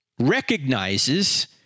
recognizes